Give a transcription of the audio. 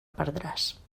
perdràs